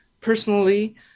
personally